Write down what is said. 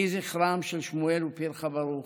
יהי זכרם של שמואל ופירחה ברוך.